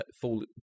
fall